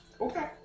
Okay